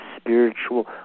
spiritual